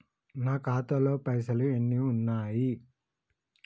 నా ఖాతాలో పైసలు ఎన్ని ఉన్నాయి?